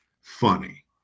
funny